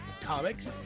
comics